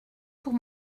pour